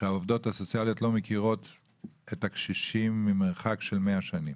העובדות הסוציאליות לא מכירות את הקשישים ממרחק של 100 שנים,